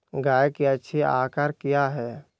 गाय के अच्छी आहार किया है?